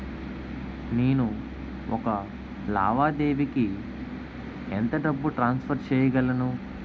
నేను ఒక లావాదేవీకి ఎంత డబ్బు ట్రాన్సఫర్ చేయగలను?